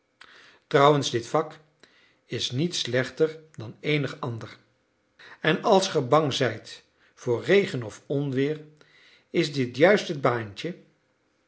trouwens dit vak is niet slechter dan eenig ander en als ge bang zijt voor regen of onweer is dit juist het baantje